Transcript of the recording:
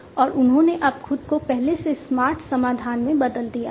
और उन्होंने अब खुद को पहले से स्मार्ट समाधान में बदल दिया है